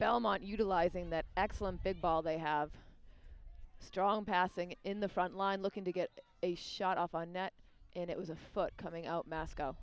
belmont utilizing that excellent big ball they have a strong passing in the front line looking to get a shot off on net and it was a foot coming out masco